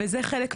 וזה חלק מהרעיון.